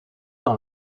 dans